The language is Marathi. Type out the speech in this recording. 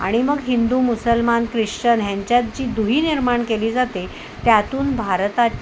आणि मग हिंदू मुसलमान ख्रिश्चन ह्यांच्यात जी दुरी निर्माण केली जाते त्यातून भारतात